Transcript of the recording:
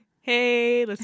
Hey